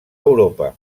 europa